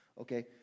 Okay